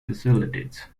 facilities